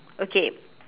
okay